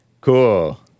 Cool